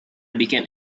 became